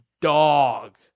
dog